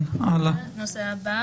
נושא הבא